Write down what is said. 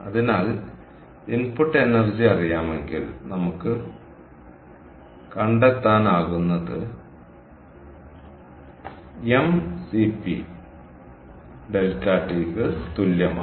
അതിനാൽ input energy അറിയാമെങ്കിൽ നമുക്ക് കണ്ടെത്താനാകുന്നത് m CP ∆T ന് തുല്യമാണ്